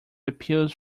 appeals